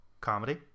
comedy